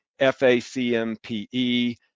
FACMPE